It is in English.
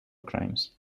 crimes